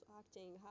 acting